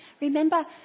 Remember